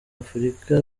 afrika